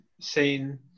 seen